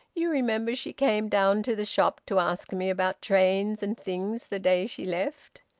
you remember she came down to the shop to ask me about trains and things the day she left.